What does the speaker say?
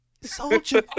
soldier